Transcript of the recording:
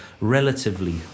relatively